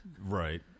Right